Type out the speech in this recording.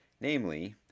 Namely